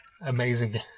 amazing